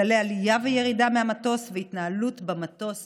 כללי עלייה למטוס וירידה מהמטוס והתנהלות במטוס